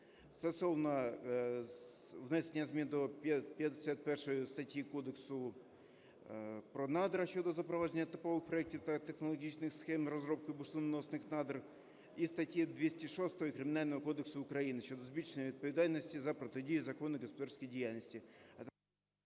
Стосовно внесення змін до 51 статті Кодексу про надра щодо запровадження типових проектів та технологічних схем розробки бурштиноносних надр і статті 206 Кримінального кодексу України щодо збільшення відповідальності за протидію законній господарській діяльності,